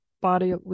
body